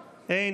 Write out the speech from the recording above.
אין.